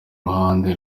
ruhande